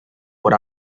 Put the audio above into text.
por